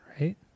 right